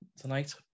tonight